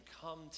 come